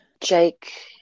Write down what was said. Jake